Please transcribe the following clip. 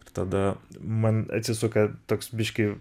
ir tada man atsisuka toks biškį